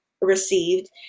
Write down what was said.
received